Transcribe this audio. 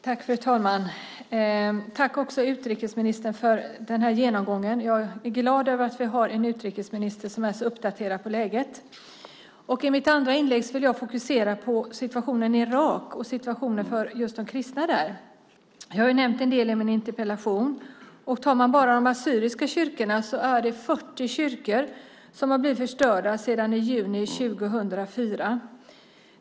Fru talman! Jag tackar utrikesministern för den här genomgången. Jag är glad över att vi har en utrikesminister som är så uppdaterad på läget. I mitt andra inlägg vill jag fokusera på situationen i Irak och situationen för de kristna där. Jag har nämnt en del i min interpellation. Tar man bara de assyriska kyrkorna är det 40 kyrkor som har blivit förstörda sedan i juni 2004.